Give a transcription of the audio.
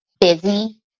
busy